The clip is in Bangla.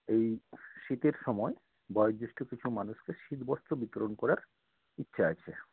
এই শীতের সময় বয়োজ্যেষ্ঠ কিছু মানুষকে শীত বস্ত্র বিতরণ করার ইচ্ছে আছে